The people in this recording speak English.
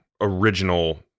original